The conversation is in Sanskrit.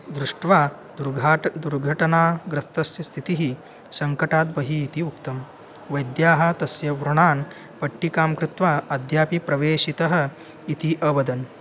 दृष्ट्वा दुर्घटना दुर्घटनाग्रस्तस्य स्थितिः सङ्कटात् बहिः इति उक्तं वैद्याः तस्य व्रणान् पट्टिकां कृत्वा अद्यापि प्रवेशितः इति अवदन्